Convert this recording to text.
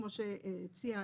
כמו שהציעה